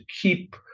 keep